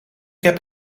heb